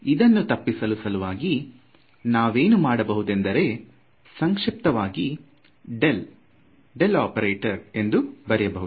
ಇದನ್ನು ತಪ್ಪಿಸಲು ಸಲುವಾಗಿ ನಾವೇನು ಮಾಡಬಹುದೆಂದರೆ ಸಂಕ್ಷಿಪ್ತವಾಗಿ ಡೆಲ್ ಒಪೆರೇಟಾರ್ ಎಂದು ಬರೆಯಬಹುದು